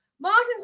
Martin's